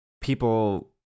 people